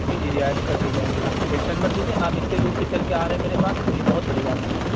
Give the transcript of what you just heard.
جی جی رعایت کر دی جائے گی آپ ٹینشن مت لیجیے آپ اتنے دور سے چل کر آ رہے ہیں میرے پاس تو یہ بہت بڑی بات ہے